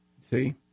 See